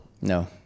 No